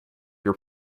your